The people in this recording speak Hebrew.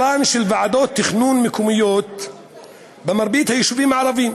ועדות תכנון מקומיות במרבית היישובים הערביים,